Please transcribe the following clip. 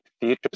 features